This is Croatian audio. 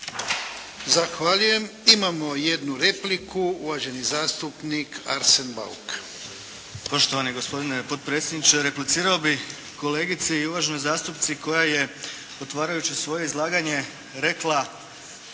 Zahvaljujem. Imamo jednu repliku, uvaženi zastupnik Arsen Bauk.